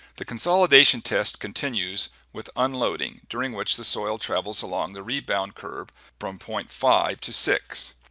the consolidation test continues with unloading during which the soil travels along the rebound curve from point five to six.